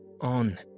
on